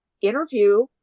interview